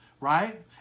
right